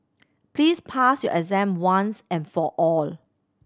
please pass your exam once and for all